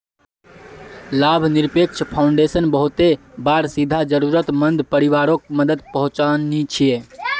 लाभ निरपेक्ष फाउंडेशन बहुते बार सीधा ज़रुरत मंद परिवारोक मदद पहुन्चाहिये